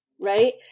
right